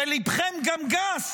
שליבכם גם גס